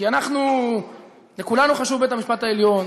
כי לכולנו חשוב בית-המשפט העליון,